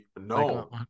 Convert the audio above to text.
no